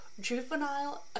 Juvenile